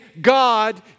God